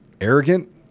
arrogant